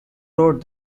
wrote